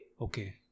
Okay